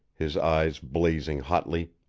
his eyes blazing hotly.